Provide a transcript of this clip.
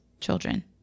children